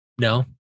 No